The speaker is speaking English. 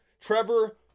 trevor